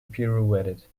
pirouetted